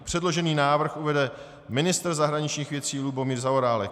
Předložený návrh uvede ministr zahraničních věcí Lubomír Zaorálek.